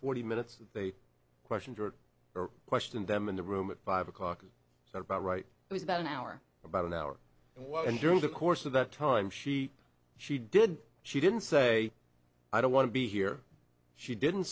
forty minutes they question her or question them in the room at five o'clock so about right it was about an hour about an hour what and during the course of that time she she did she didn't say i don't want to be here she didn't